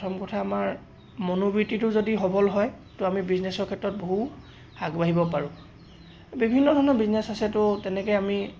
প্ৰথম কথা আমাৰ মনোবৃত্তিটো যদি সবল হয় ত' আমি বিজনেছৰ ক্ষেত্ৰত বহু আগবাঢ়িব পাৰোঁ বিভিন্ন ধৰণৰ বিজনেছ আছে ত' তেনেকে আমি